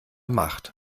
macht